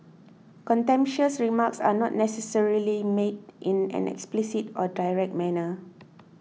contemptuous remarks are not necessarily made in an explicit or direct manner